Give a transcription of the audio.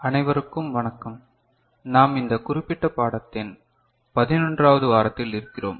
அனைவருக்கும் வணக்கம் நாம் இந்த குறிப்பிட்ட பாடத்தின் 11 வது வாரத்தில் இருக்கிறோம்